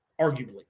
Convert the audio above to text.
arguably